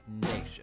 nation